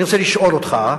ואני רוצה לשאול אותך: